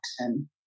action